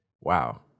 wow